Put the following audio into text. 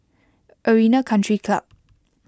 Arena Country Club